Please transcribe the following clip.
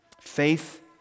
Faith